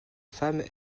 femme